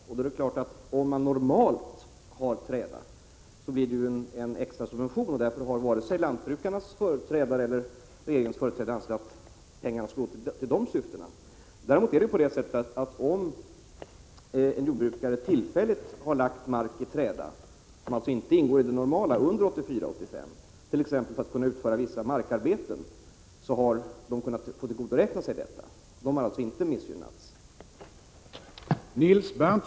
Om man normalt har träda, är det klart att det blir fråga om en extra subvention. Därför har varken lantbrukarnas eller regeringens företrädare ansett att pengar skall utgå till dessa syften. Om en jordbrukare däremot tillfälligt har lagt mark i träda, som alltså inte ingick i det normala mönstret under 1984/85, för att t.ex. kunna utföra vissa markarbeten, har de kunnat få tillgodoräkna sig detta. Jordbrukarna har alltså inte missgynnats.